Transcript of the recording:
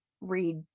read